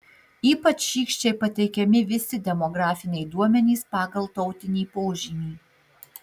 ypač šykščiai pateikiami visi demografiniai duomenys pagal tautinį požymį